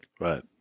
right